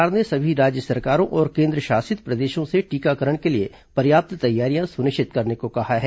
केंद्र सरकार ने सभी राज्य सरकारों और केंद्रशासित प्रदेशों से टीकाकरण के लिए पर्याप्त तैयारियां सुनिश्चित करने को कहा है